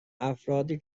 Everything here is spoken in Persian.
افرادی